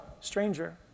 stranger